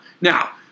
Now